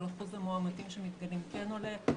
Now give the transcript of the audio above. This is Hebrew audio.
אבל אחוז המאומתים שמתגלים כן עולה.